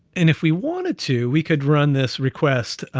and if we wanted to, we could run this request,